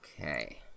Okay